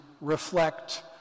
reflect